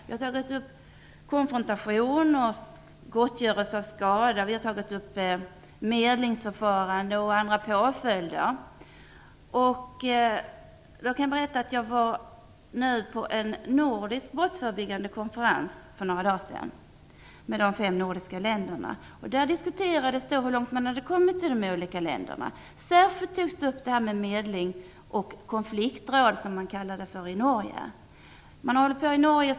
Vi har tagit upp konfrontation, gottgörelse och skada, medlingsförfarande och nya påföljder. Jag var för några dagar sedan med på en brottsförebyggande konferens med deltagande från de fem nordiska länderna. Där diskuterades hur långt man hade kommit i de nordiska länderna. Särskilt berördes medling och "konfliktråd", som är den beteckning som man använder i Norge.